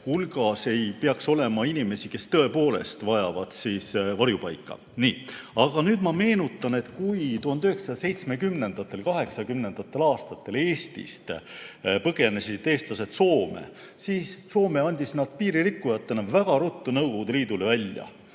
hulgas ei ole inimesi, kes tõepoolest vajavad varjupaika. Aga nüüd ma meenutan, et kui 1970.–1980. aastatel Eestist põgenesid eestlased Soome, siis Soome andis nad piiririkkujatena väga ruttu Nõukogude Liidule välja.